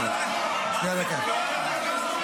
רם, יש פה רוב.